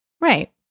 Right